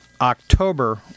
October